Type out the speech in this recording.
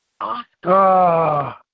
Oscar